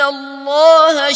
Allah